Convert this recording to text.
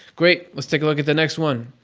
great! let's take a look at the next one.